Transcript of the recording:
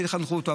שיחנכו אותו,